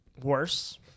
worse